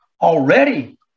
already